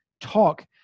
talk